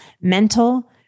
mental